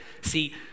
See